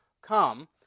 come